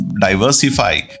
diversify